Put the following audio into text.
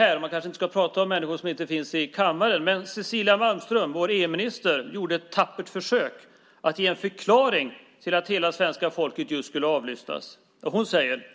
Man ska kanske inte prata om dem som inte är närvarande i kammaren. Men Cecilia Malmström, vår EU-minister, har gjort ett tappert försök att ge en förklaring just till att hela svenska folket skulle avlyssnas. Hon säger: